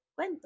cuento